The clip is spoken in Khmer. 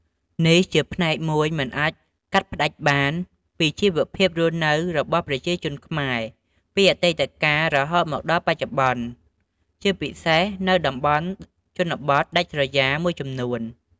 នេះជាផ្នែកមួយមិនអាចកាត់ផ្ដាច់បានពីជីវភាពរស់នៅរបស់ប្រជាជនខ្មែរពីអតីតកាលរហូតមកដល់បច្ចុប្បន្ន ជាពិសេសនៅតាមតំបន់ជនបទដាច់ស្រយាលមួយចំនួន។